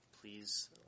please